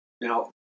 Now